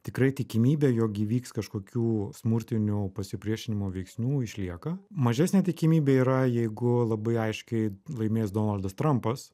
tikrai tikimybė jog įvyks kažkokių smurtinių pasipriešinimo veiksnių išlieka mažesnė tikimybė yra jeigu labai aiškiai laimės donaldas trampas